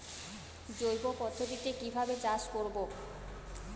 জৈব পদ্ধতিতে কিভাবে চাষ করব?